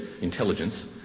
intelligence